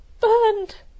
burned